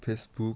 Facebook